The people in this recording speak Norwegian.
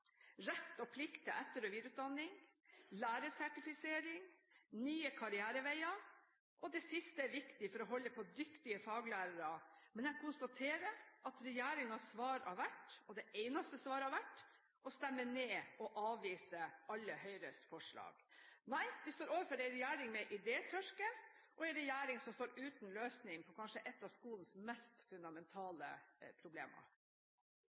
rett og plikt til etter- og videreutdanning, lærersertifisering, nye karriereveier – og det siste er viktig for å holde på dyktige faglærere. Men jeg konstaterer at regjeringens svar – det eneste svaret – har vært å stemme ned og avvise alle Høyres forslag. Nei, vi står overfor en regjering med idétørke og en regjering som står uten en løsning på kanskje ett av skolens mest fundamentale problemer.